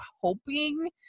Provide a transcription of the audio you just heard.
hoping